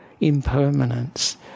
impermanence